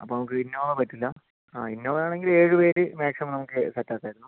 അപ്പം നമുക്ക് ഇന്നോവ പറ്റില്ല ആ ഇന്നോവ ആണെങ്കിൽ ഏഴ് പേർ മാക്സിമം നമുക്ക് സെറ്റ് ആക്കാമായിരുന്നു